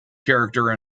character